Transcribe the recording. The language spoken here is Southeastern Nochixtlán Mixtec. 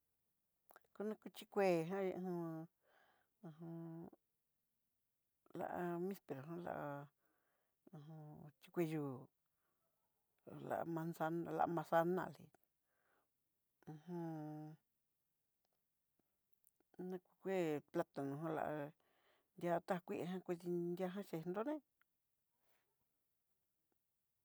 Konikichí kué jan ja ajan la misperó la hu ju chikuiyúu, la manzana la manzalali uju na kue platano jan la ndi'a tá kui ján nochi ni ndiá che nroné.